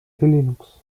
linux